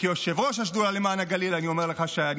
כיושב-ראש השדולה למען הגליל אני אומר לך שאני